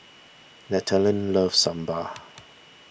Nathanael loves Sambar